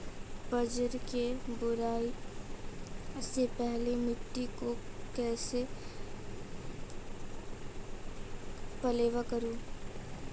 बाजरे की बुआई से पहले मिट्टी को कैसे पलेवा करूं?